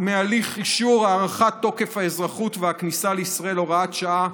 מהליך אישור הארכת תוקף האזרחות והכניסה לישראל (הוראת שעה)